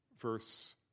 verse